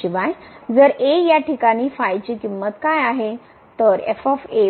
शिवाय जर a या ठिकाणी फाय ची किंमत काय आहे ते